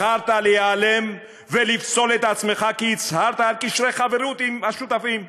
בחרת להיעלם ולפסול את עצמך כי הצהרת על קשרי חברות עם השותפים.